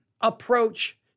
approach